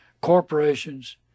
corporations